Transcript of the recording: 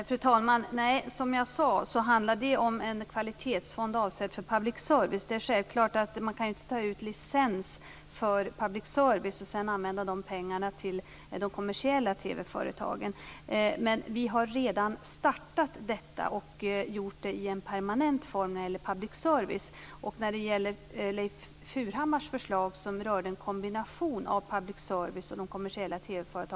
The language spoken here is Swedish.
Fru talman! Nej. Som jag sade handlar det om en kvalitetsfond avsedd för public service. Det är självklart att det inte går att ta ut licens för public service och sedan använda de pengarna till de kommersiella TV-företagen. Vi har redan startat detta i en permanent form för public service. Vi kommer att återkomma när det gäller Leif Furhammars förslag som rör en kombination av public service och de kommersiella